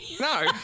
no